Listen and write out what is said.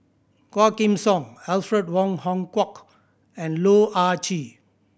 Quah Kim Song Alfred Wong Hong Kwok and Loh Ah Chee